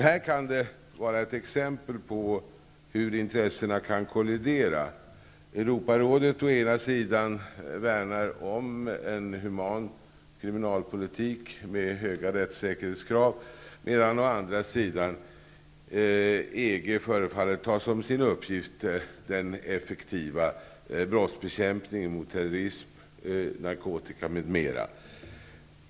Här kan vi få ett exempel på hur intressena kan kollidera. Europarådet å ena sidan värnar om en human kriminalpolitik med höga rättssäkerhetskrav, medan EG å andra sidan förefaller ta som sin uppgift att svara för en effektiv brottsbekämpning när det gäller terrorism, narkotikabrott, m.m.